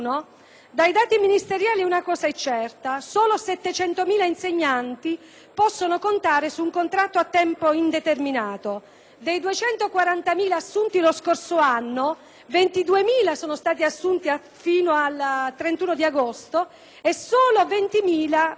Dai dati ministeriali una cosa è certa: solo 700.000 insegnanti possono contare su un contratto a tempo indeterminato. Dei 240.000 assunti lo scorso anno, 22.000 sono stati assunti fino al 31 agosto, 120.000